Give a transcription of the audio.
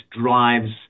drives